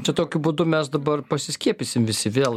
čia tokiu būdu mes dabar pasiskiepysim visi vėl